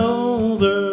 over